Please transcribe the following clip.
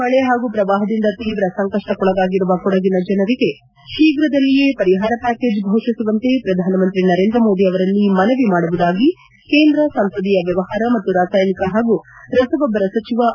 ಮಳೆ ಹಾಗೂ ಪ್ರವಾಹದಿಂದ ತೀವ್ರ ಸಂಕಷ್ಟಕ್ಕೊಳಗಾಗಿರುವ ಕೊಡಗಿನ ಜನರಿಗೆ ತೀಪ್ರದಲ್ಲಿಯೇ ಪರಿಹಾರ ಪ್ವಾಕೇಜ್ ಘೋಷಿಸುವಂತೆ ಪ್ರಧಾನಮಂತ್ರಿ ನರೇಂದ್ರಮೋದಿ ಅವರಲ್ಲಿ ಮನವಿ ಮಾಡುವುದಾಗಿ ಕೇಂದ್ರ ಸಂಸದೀಯ ವ್ಯವಹಾರ ಮತ್ತು ರಾಸಾಯನಿಕ ಹಾಗೂ ರಸಗೊಬ್ಲರ ಸಚಿವ ಅನಂತ್ ಕುಮಾರ್ ತಿಳಿಸಿದ್ದಾರೆ